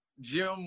Jim